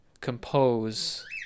compose